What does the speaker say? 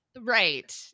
Right